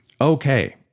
Okay